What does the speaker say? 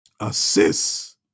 assists